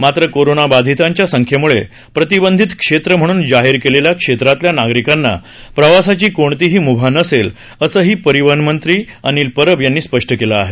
मात्र कोरोनाबाधितांच्या संख्येमुळे प्रतिबंधित क्षेत्र म्हणून जाहीर केलेल्या क्षेत्रातल्या नागरिकांना प्रवासाची कोणतीही मुभा नसेल असंही परिवहनमंत्री अॅडव्होकेट अनिल परब यांनी स्पष्ट केलं आहे